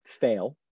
fail